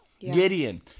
Gideon